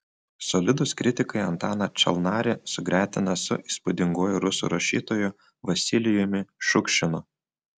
solidūs kritikai antaną čalnarį sugretina su įspūdinguoju rusų rašytoju vasilijumi šukšinu